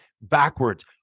backwards